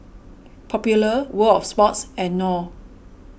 Popular World of Sports and Knorr